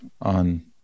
on